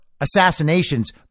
assassinations